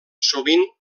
sovint